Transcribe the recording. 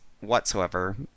whatsoever